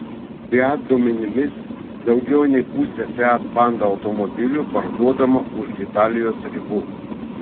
fiat duomenimis daugiau nei pusė fiat panda automobilių parduodama už italijos ribų